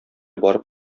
барып